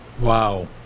Wow